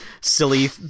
silly